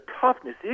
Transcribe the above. toughness